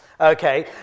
Okay